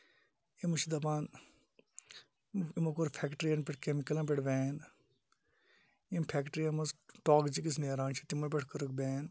تِم چھِ دَپان تِمو کوٚر فیکٹرین پٮ۪ٹھ کیمِکَلن پٮ۪ٹھ بین یِمو فیکٹریو منٛز ٹوکزِکٔس نیران چھِ تِمن پٮ۪ٹھ کٔرٕکھ بین